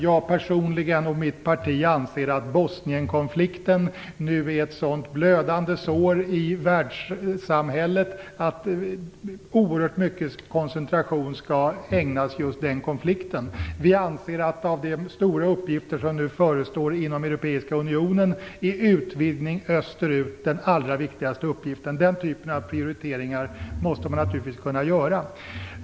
Jag personligen och även mitt parti anser att Bosnienkonflikten nu är ett sådant blödande sår i världssamhället att oerhört mycket koncentration skall ägnas åt just den konflikten. Av de stora uppgifter som nu förestår inom Europeiska unionen anser vi att utvidgningen österut är den allra viktigaste. Den typen av prioriteringar måste man naturligtvis kunna göra.